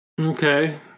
Okay